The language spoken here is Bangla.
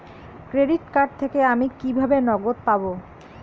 ক্রেডিট কার্ড থেকে আমি কিভাবে নগদ পাব?